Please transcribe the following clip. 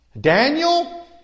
Daniel